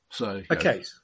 Okay